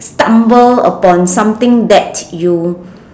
stumble upon something that you